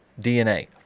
DNA